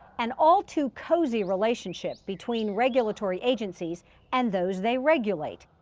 an all too cozy relationship between regulatory agencies and those they regulate.